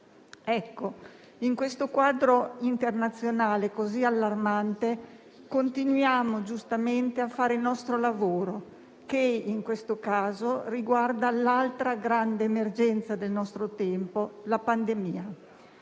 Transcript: Ecco, in questo quadro internazionale, così allarmante, continuiamo giustamente a fare il nostro lavoro che in questo caso riguarda l'altra grande emergenza del nostro tempo, la pandemia.